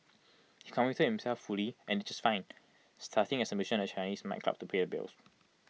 he committed himself fully and did just fine starting as A musician at Chinese nightclubs to pay the bills